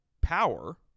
power